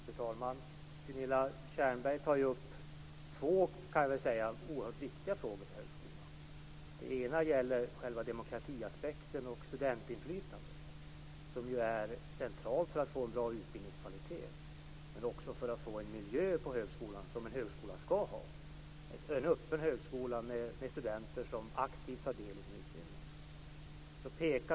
Fru talman! Gunilla Tjernberg tar upp två oerhört viktiga frågor för högskolan. Det gäller själva demokratiaspekten och studentinflytandet, som ju är centrala för att få en bra utbildningskvalitet men också för att få den miljö på högskolan som en högskola skall ha, dvs. en öppen högskola med studenter som aktivt tar del i sin utbildning.